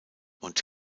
und